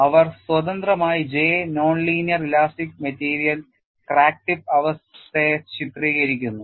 അവർ സ്വതന്ത്രമായി J non linear elastic മെറ്റീരിയലിൽ crack tip അവസ്ഥയെ ചിത്രീകരിക്കുന്നു